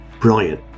brilliant